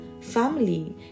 family